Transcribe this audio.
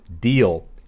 deal